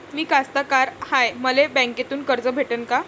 मी कास्तकार हाय, मले बँकेतून कर्ज भेटन का?